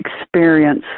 experience